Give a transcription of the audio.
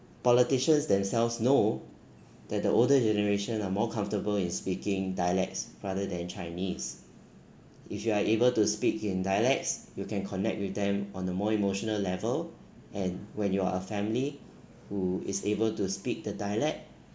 politicians themselves know that the older generation are more comfortable in speaking dialects rather than chinese if you are able to speak in dialects you can connect with them on the more emotional level and when you're a family who is able to speak the dialect